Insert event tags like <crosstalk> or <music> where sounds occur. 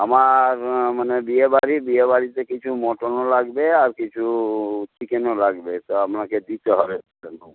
আমার মানে বিয়েবাড়ি বিয়েবাড়িতে কিছু মটনও লাগবে আর কিছু চিকেনও লাগবে তো আপনাকে দিতে হবে <unintelligible>